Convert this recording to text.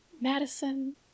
Madison